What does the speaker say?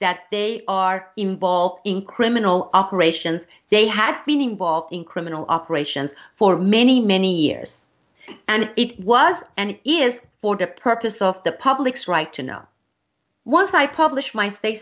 that they are involved in criminal operations they have been involved in criminal operations for many many years and it was and is for the purpose of the public's right to know once i publish my sta